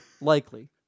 Likely